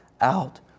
out